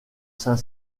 saint